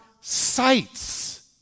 sights